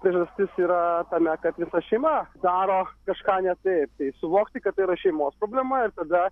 priežastis yra tame kad visa šeima daro kažką ne taip tai suvokti kad tai yra šeimos problema ir tada